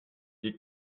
you